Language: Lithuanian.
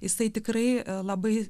jisai tikrai labai